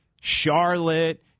Charlotte